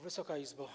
Wysoka Izbo!